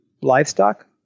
livestock